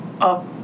up